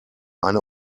eine